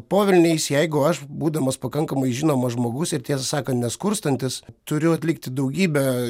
po velniais jeigu aš būdamas pakankamai žinomas žmogus ir tiesą sakant neskurstantis turiu atlikti daugybę